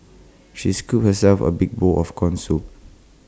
she scooped herself A big bowl of Corn Soup